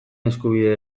eskubide